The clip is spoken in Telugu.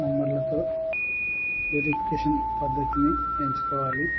నంబర్లతో వెరిఫికేషన్ పద్ధతిని ఎంచుకోవాలి